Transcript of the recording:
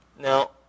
Now